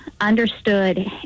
understood